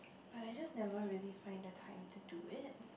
but I just never really find the time to do it